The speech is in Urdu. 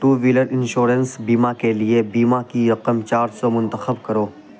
ٹو وہیلر انشورنس بیمہ کے لیے بیمہ کی رقم چار سو منتخب کرو